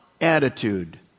attitude